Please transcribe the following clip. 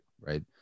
right